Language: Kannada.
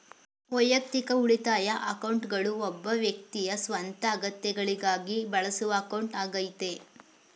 ವೈಯಕ್ತಿಕ ಉಳಿತಾಯ ಅಕೌಂಟ್ಗಳು ಒಬ್ಬ ವ್ಯಕ್ತಿಯ ಸ್ವಂತ ಅಗತ್ಯಗಳಿಗಾಗಿ ಬಳಸುವ ಅಕೌಂಟ್ ಆಗೈತೆ